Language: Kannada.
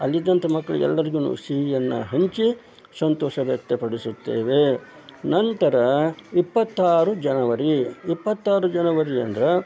ಅಲ್ಲಿದ್ದಂಥ ಮಕ್ಕಳಿಗೆ ಎಲ್ಲರಿಗೂ ಸಿಹಿಯನ್ನು ಹಂಚಿ ಸಂತೋಷ ವ್ಯಕ್ತಪಡಿಸುತ್ತೇವೆ ನಂತರ ಇಪ್ಪತ್ತಾರು ಜನವರಿ ಇಪ್ಪತ್ತಾರು ಜನವರಿ ಅಂದ್ರೆ